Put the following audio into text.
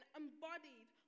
embodied